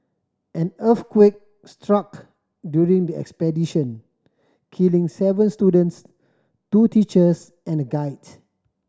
an earthquake struck during the expedition killing seven students two teachers and a guide